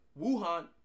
Wuhan